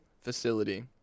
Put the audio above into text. facility